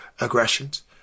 aggressions